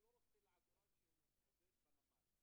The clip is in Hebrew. אני לא רוצה עגורן שעובד בנמל.